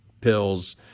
pills